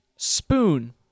Spoon